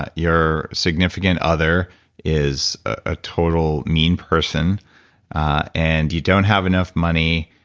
ah your significant other is a total mean person and you don't have enough money,